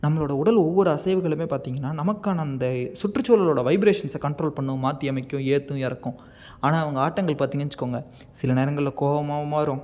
நம்மளோட உடல் ஒவ்வொரு அசைவுகளும் பார்த்திங்கன்னா நமக்கான அந்த சுற்றுசூழலோட வைப்ரேசன்ஸ் கண்ட்ரோல் பண்ணும் மாற்றி அமைக்கும் ஏற்றும் இறக்கும் ஆனால் அவங்க ஆட்டங்கள் பாத்திங்கன்னு வச்சுக்கோங்க சில நேரங்களில் கோவமாக வரும்